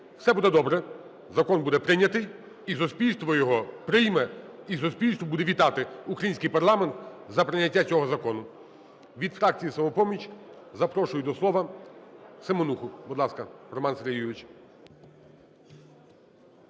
Все буде добре, закон буде прийнятий, і суспільство його прийме, і суспільство буде вітати український парламент за прийняття цього закону. Від фракції "Самопоміч" запрошую до словаСеменуху. Будь ласка, Роман Сергійович.